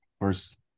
first